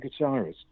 guitarist